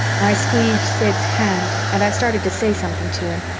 i squeezed sid's hand and i started to say something to him,